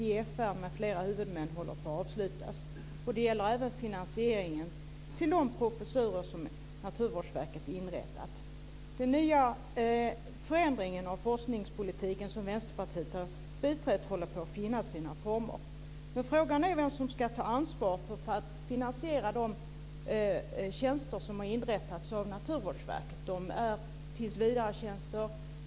Herr talman! Forskningsfinansieringssystemet har förändrats, och de forskningsprojekt som tidigare finansierats av Naturvårdsverket, SJ, FR m.fl. huvudmän håller på att avslutas. Detta gäller även finansieringen av de professurer som Naturvårdsverket inrättat. Vänsterpartiet har biträtt håller på att finna sina former. Men frågan är vem som ska ta ansvar för att finansiera de tjänster som har inrättats av Naturvårdsverket. De är tillsvidaretjänster.